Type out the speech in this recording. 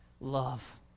Love